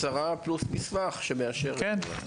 הצהרה פלוס מסמך המאשר את זה.